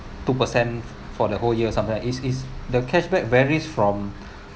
two percent for the whole year sometimes is is the cashback varies from